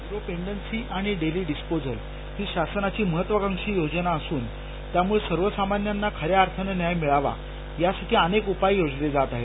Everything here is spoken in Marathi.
झिरो पेंडन्सी आणि डेली डिस्पोजलही शासनाची महत्वाकांक्षी योजना असून त्यामुळे सर्वसामान्यांना खऱ्या अर्थाने न्याय मिळावा यासाठी अनेक उपाय योजले जाता आहेत